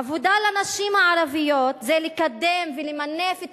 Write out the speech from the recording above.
עבודה לנשים הערביות זה לקדם ולמנף את